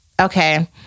Okay